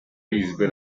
izby